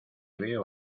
veo